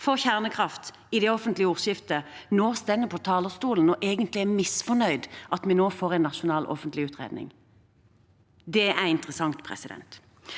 for kjernekraft i det offentlige ordskiftet, nå står på talerstolen og egentlig er misfornøyde med at vi nå får en nasjonal offentlig utredning. Det er interessant, for